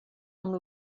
amb